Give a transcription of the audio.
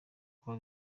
kuba